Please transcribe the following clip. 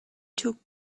took